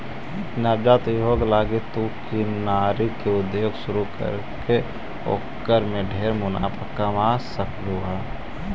नवजात उद्योग लागी तु किनारी के उद्योग शुरू करके ओकर में ढेर मुनाफा कमा सकलहुं हे